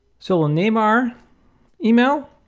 so we'll name our email